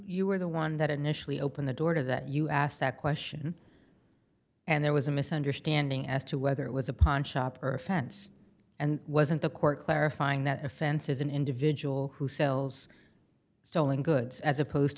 you were the one that initially opened the door to that you asked that question and there was a misunderstanding as to whether it was a pawnshop or a fence and wasn't the court clarifying that a fence is an individual who sells stolen goods as opposed